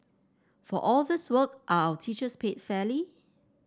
for all this work are our teachers paid fairly